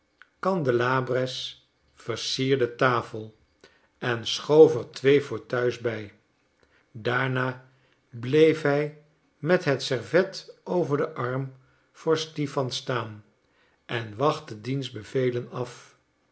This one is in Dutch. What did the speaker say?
bronzen candelabres versierde tafel en schoof er twee fauteuils bij daarna bleef hij met het servet over de arm voor stipan staan en wachtte diens bevelen af